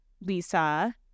Lisa